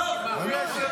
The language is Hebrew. בואי.